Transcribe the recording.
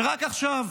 ורק עכשיו